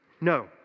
No